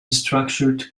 structured